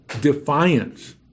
defiance